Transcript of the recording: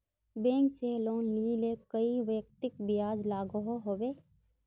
Bank से loan लिले कई व्यक्ति ब्याज लागोहो होबे?